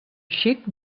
xic